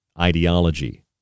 ideology